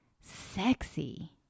sexy